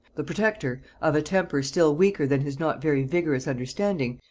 the protector, of a temper still weaker than his not very vigorous understanding,